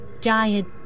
giant